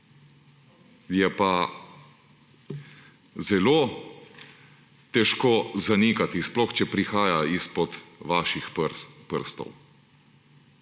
je pa zelo težko zanikati, sploh če prihaja izpod vaših prstov.